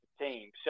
team